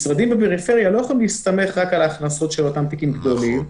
משרדים בפריפריה לא יכולים להסתמך רק על ההכנסות של אותם תיקים גדולים,